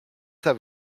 have